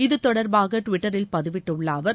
இது தொடர்பாக டுவிட்டரில் பதிவிட்டுள்ள அவர்